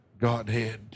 Godhead